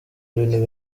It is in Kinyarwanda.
ibintu